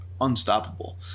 unstoppable